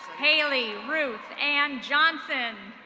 haley ruth ann johnson.